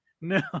no